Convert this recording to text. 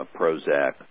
Prozac